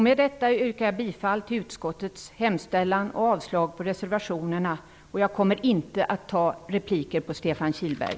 Med detta yrkar jag bifall till utskottets hemställan och avslag på reservationen. Jag kommer inte att ta repliker på Stefan Kihlberg.